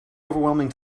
overwhelming